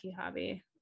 hobby